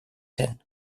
zen